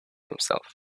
himself